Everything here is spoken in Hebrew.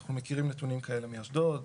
אנחנו מכירים נתונים כאלה מאשדוד,